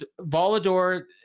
Volador